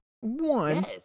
one